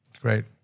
Great